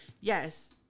Yes